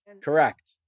Correct